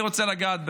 אני רוצה לגעת,